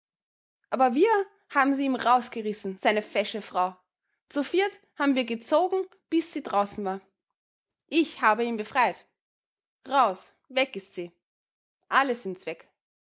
aber wir haben sie ihm rausgerissen seine fesche frau zu viert haben wir gezogen bis sie draußen war ich hab ihn befreit raus weg ist sie alle sind's weg